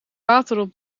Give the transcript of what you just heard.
water